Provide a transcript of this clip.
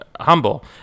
humble